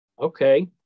okay